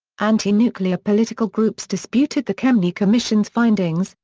anti-nuclear political groups disputed the kemeny commission's findings,